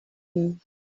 him